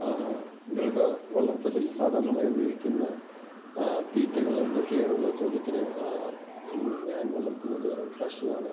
മൃഗ വളർത്തലിൽ സാധാരണമായി ഉപയോഗിക്കുന്ന തീറ്റകൾ എന്തൊക്കെയാണെന്നുള്ള ചോദ്യത്തിന് ഞാൻ വളർത്തുന്നത് പശുവാണ്